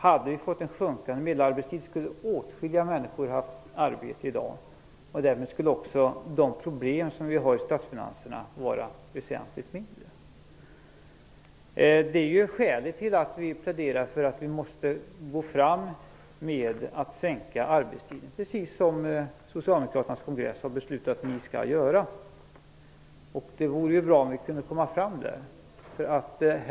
Hade vi fått en sjunkande medelarbetstid hade åtskilliga människor haft arbete i dag. Därmed skulle också de problem som vi har med statsfinanserna vara väsentligt mindre. Det är skälet till att vi pläderar för att vi måste sänka arbetstiden, precis som Socialdemokraternas kongress har beslutat att vi skall göra. Det vore bra om vi kunde göra det.